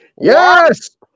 yes